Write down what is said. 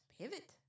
pivot